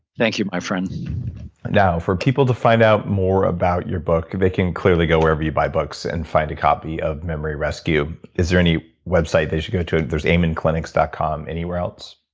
thank you my friend now, for people to find out more about your book, they can clearly go wherever you buy books and find a copy of memory rescue. is there any website that you go to? there's amenclinics dot com. anywhere else?